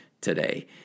today